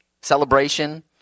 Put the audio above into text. celebration